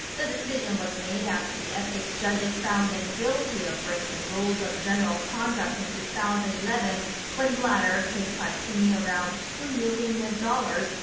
the decision was made after the ethics judges found them guilty of breaking rules on general conduct in two thousand and eleven when blatter paid platini around two-million u s. dollars,